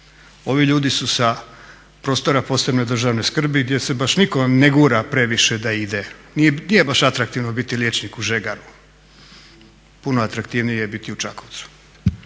Ovi ljudi su sa prostora posebne državne skrbi gdje se baš nitko ne gura previše da ide, nije baš atraktivno biti liječnik u Žegaru, puno atraktivnije je biti u Čakovcu